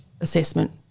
assessment